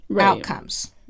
outcomes